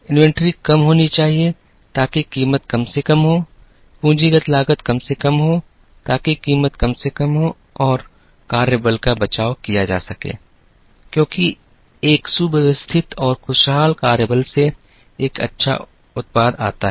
inventory कम होनी चाहिए ताकि कीमत कम से कम हो पूंजीगत लागत कम से कम हो ताकि कीमत कम से कम हो और कार्यबल का बचाव किया जा सके क्योंकि एक सुव्यवस्थित और खुशहाल कार्यबल से एक अच्छा उत्पाद आता है